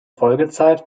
folgezeit